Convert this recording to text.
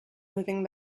moving